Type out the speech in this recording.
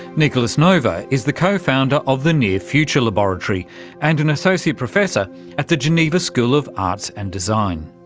nicolas nova is the co-founder of the near future laboratory and an associate professor at the geneva school of arts and design.